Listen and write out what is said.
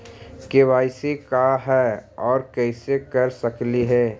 KYC का है, और कैसे कर सकली हे?